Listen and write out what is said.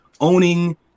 owning